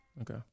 Okay